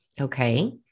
Okay